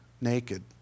naked